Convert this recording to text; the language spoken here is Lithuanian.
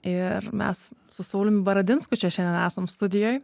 ir mes su saulium baradinsku čia šiandien esam studijoj